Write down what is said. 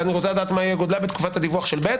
ומה יהיה גודלה בתקופת הדיווח של ב',